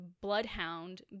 bloodhound